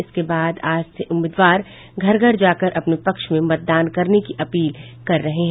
इसके बाद आज से उम्मीदवार घर घर जाकर अपने पक्ष में मतदान करने की अपील कर रहे हैं